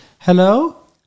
Hello